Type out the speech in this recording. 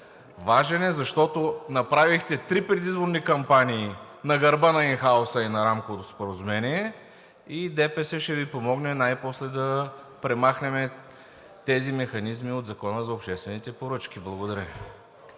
Важен е, защото направихте три предизборни кампании на гърба на ин хауса и на рамковото споразумение и ДПС ще Ви помогне най-после да премахнем тези механизми от Закона за обществените поръчки. Благодаря